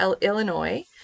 illinois